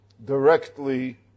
directly